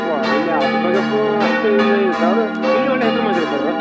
foreign ಅದರ ಬಗ್ಗೆ ಅಷ್ಟೇನಿಲ್ಲ ಸರ್ ಅವರು ಇಲ್ಲಿ ಒಳ್ಳೆ ಹೆಸರು ಮಾಡಿದ್ದಾರೆ ಸರ್ ಅವರು